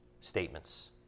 statements